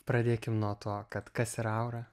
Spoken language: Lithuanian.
pradėkim nuo to kad kas yra aura